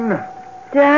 Dad